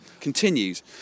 continues